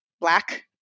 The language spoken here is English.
black